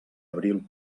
abril